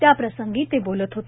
याप्रसंगी ते बोलत होते